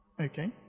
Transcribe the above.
Okay